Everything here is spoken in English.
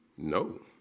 No